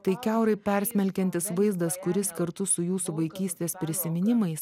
tai kiaurai persmelkiantis vaizdas kuris kartu su jūsų vaikystės prisiminimais